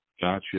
gotcha